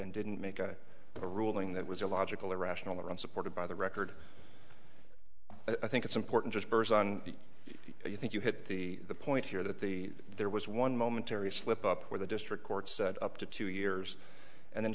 and didn't make a ruling that was illogical irrational or unsupported by the record i think it's important just burst on you think you hit the point here that the there was one momentary slip up where the district court said up to two years and in